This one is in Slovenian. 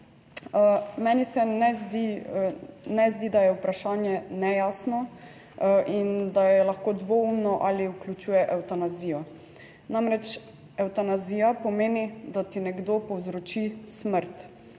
ne zdi, ne zdi, da je vprašanje nejasno in da je lahko dvoumno, ali vključuje evtanazijo. Namreč evtanazija pomeni, da ti nekdo povzroči smrt,